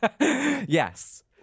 yes